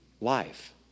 life